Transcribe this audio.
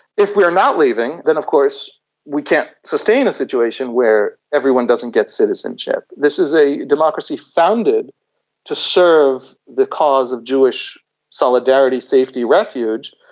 if we are not leaving, then of course we can't sustain a situation where everyone doesn't get citizenship. this is a democracy founded to serve the cause of jewish solidarity, safety, refuge,